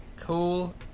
cool